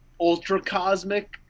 ultra-cosmic